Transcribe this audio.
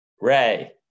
Ray